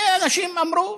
ואנשים אמרו: